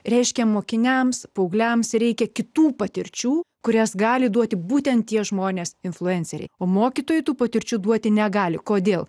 reiškia mokiniams paaugliams reikia kitų patirčių kurias gali duoti būtent tie žmonės influenceriai o mokytojui tų patirčių duoti negali kodėl